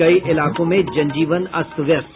कई इलाकों में जनजीवन अस्त व्यस्त